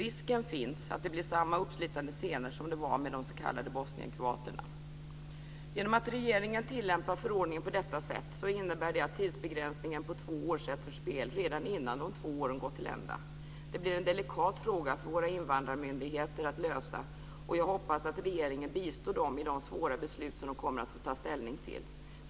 Risken finns att det blir samma uppslitande scener som det var med de s.k. bosnienkroaterna. Genom att regeringen tillämpar förordningen på detta sätt innebär det att tidsbegränsningen på två år sätts ur spel redan innan de två åren gått till ända. Det blir en delikat fråga för våra invandringsmyndigheter att lösa, och jag hoppas att regeringen bistår dem i de svåra beslut som de kommer att få ta ställning till.